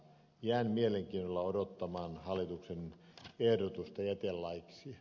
jään mielenkiinnolla odottamaan hallituksen ehdotusta jätelaiksi